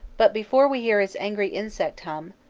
but before we hear his angry insect hum,